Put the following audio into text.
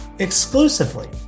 exclusively